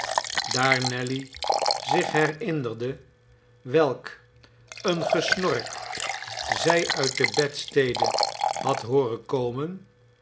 daar nelly zich herinnerde welk een gemen komt tot de tentoonstelling snork zij uit de bedstede had hooren komen